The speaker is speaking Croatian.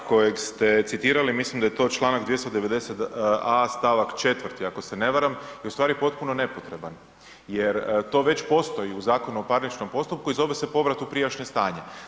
Članak kojeg ste citirali mislim da je to čl. 290 A stavak 4. ako se ne varam je ustvari potpuno nepotreban, jer to već postoji u Zakonu o parničnom postupku i zove se povrat u prijašnje stanje.